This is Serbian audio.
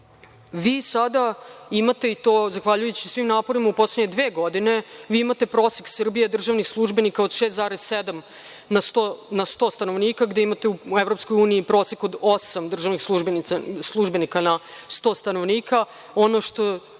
Vi sada imate i to zahvaljujući svim naporima u poslednje dve godine, vi imate prosek Srbije državnih službenika od 6,7% na 100 stanovnika gde imate u EU 8% državnih službenika na 100 stanovnika.